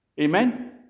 Amen